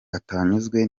atanyuzwe